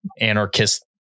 anarchist